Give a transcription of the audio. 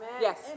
Yes